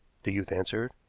the youth answered.